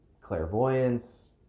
Clairvoyance